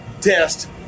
test